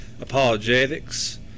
Apologetics